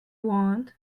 want